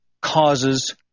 causes